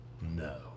No